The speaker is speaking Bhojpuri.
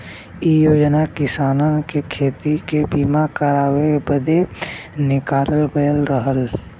इ योजना किसानन के खेती के बीमा करावे बदे निकालल गयल रहल